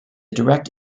direct